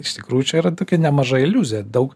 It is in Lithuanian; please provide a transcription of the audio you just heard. iš tikrųjų čia yra tokia nemaža iliuzija daug